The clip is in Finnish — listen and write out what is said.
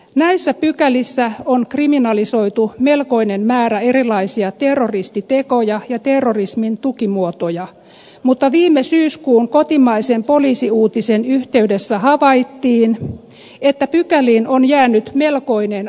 näissä pykälissä on kriminalisoitu melkoinen määrä erilaisia terroristitekoja ja terrorismin tukimuotoja mutta viime syyskuun kotimaisen poliisiuutisen yhteydessä havaittiin että pykäliin on jäänyt melkoinen aukko